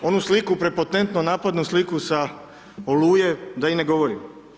Onu sliku prepotentnu napadnu sliku sa Oluje da i ne govorim.